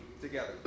together